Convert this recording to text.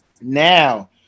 Now